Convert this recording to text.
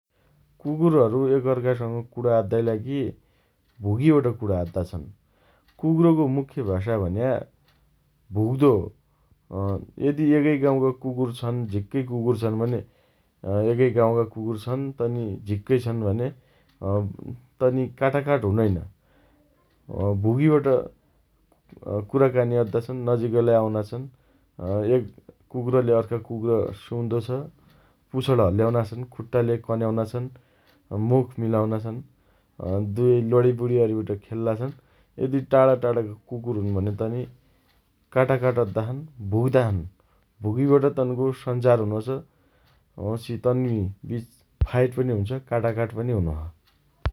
कुकुरहरु एक अर्कासँग कुणा अद्दाइ लागि भुगिबट कुणा अद्दा छन् । कुकुरको मुख्य भाषा भन्या भूक्दो हो । अँ यदि एकै गाउँका कुकुर छन् झिक्कै भन्या तनी काटाकाट हुनैन । अँ भुगिबट कुराकानी अद्दा छन् । नजिकैलाई आउना छन् । अँ एक कुक्रले अर्का कुक्र सुँघ्दो छ । पुछण हल्याउना छन् । खट्टाले कन्याउना छन् । मुख मिलाउना छन् । अँ दुएई लणीबुणी अरिबट खेल्ला छन् । यदि टाढाटाढाका कुकुर हुन भने तनि काटाकाट अद्दा छन् । भुग्दा छन् । भुगिबट तन्को सञ्चार हुनो छ । वाँपछि तनीबीच फाइट पनि हुन्छ । काटाकाट पन हुनोछ ।